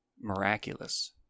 miraculous